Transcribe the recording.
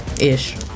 ish